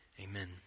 Amen